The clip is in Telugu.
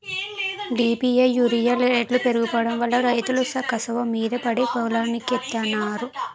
డి.ఏ.పి యూరియా రేట్లు పెరిగిపోడంవల్ల రైతులు కసవమీద పడి పొలానికెత్తన్నారు